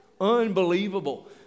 Unbelievable